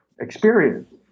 experience